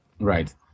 Right